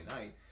night